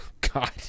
god